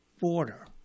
border